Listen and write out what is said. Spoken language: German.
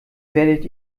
werdet